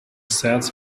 sets